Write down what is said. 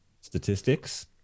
statistics